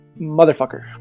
motherfucker